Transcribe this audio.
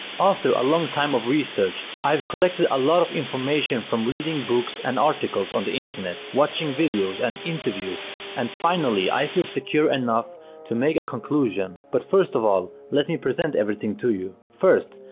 after a long time of research, i've collected a lot of information from reading books and articles on the internet, watching videos and interviews and finally i feel secure enough to make a conclusion. but first of all, let me present everything for you. first,